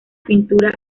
pintura